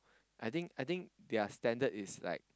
I think I think their standard is like